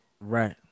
Right